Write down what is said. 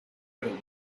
room